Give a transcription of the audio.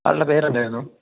ആളുടെ പേരെന്തായിരുന്നു